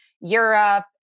Europe